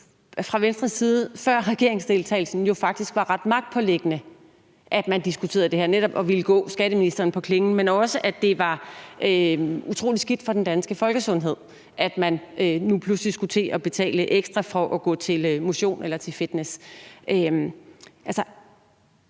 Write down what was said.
fra Venstres side før regeringsdeltagelsen faktisk var dem ret magtpåliggende, at man diskuterede det her og netop ville gå skatteministeren på klingen, men også at det var utrolig skidt for den danske folkesundhed, at man nu pludselig skulle til at betale ekstra for at gå til motion eller fitness.